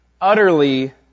utterly